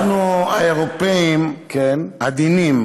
אנחנו, האירופאים, עדינים,